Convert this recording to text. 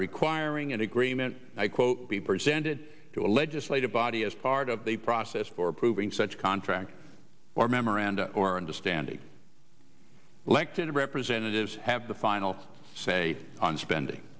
requiring an agreement i quote be presented to a legislative body as part of the process for approving such contracts or memoranda or understanding elected representatives have the final say on spending